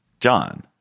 John